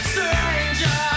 Stranger